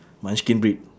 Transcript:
munchkin breed